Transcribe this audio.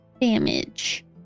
damage